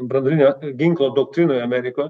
branduolinio ginklo doktrinoj amerika